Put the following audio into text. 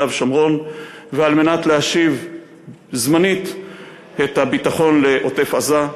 ושומרון ועל מנת להשיב זמנית את הביטחון לעוטף-עזה,